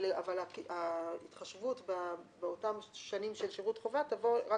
אבל ההתחשבות באותן שנים של שירות חובה תבוא רק